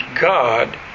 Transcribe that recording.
God